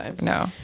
no